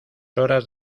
horas